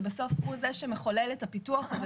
שבסוף הוא זה שמחולל את הפיתוח הזה,